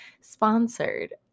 sponsored